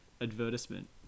advertisement